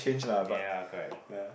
yea correct